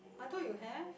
I thought you have